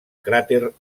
cràter